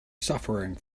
suffering